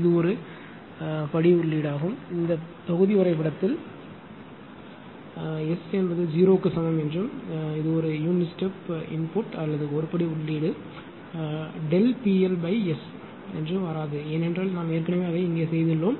இது ஒரு படி உள்ளீடாகும் இந்த தொகுதி வரைபடத்தில் S என்பது 0 க்கு சமம் என்றும் ஒரு படி உள்ளீடு PLS என்று வராது ஏனென்றால் ஏற்கனவே நாம் அதை இங்கேசெய்துள்ளோம்